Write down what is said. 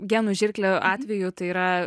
genų žirklių atveju tai yra